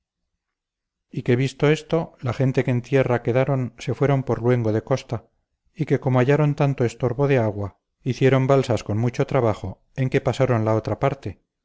y que visto esto la gente que en tierra quedaron se fueron por luengo de costa y que como hallaron tanto estorbo de agua hicieron balsas con mucho trabajo en que pasaron la otra parte